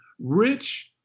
Rich